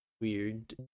weird